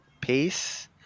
pace